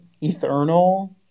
eternal